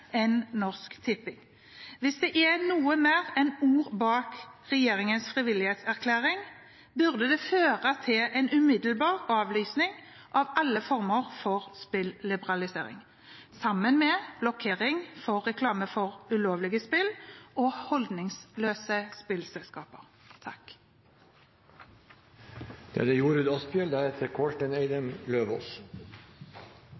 enn Norsk Tipping. Hvis det er noe mer enn ord bak regjeringens frivillighetserklæring, burde det føre til en umiddelbar avlysning av alle former for spilliberalisering sammen med blokkering for reklame for ulovlige spill og holdningsløse spillselskaper. Det